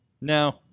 No